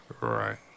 Right